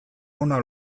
onak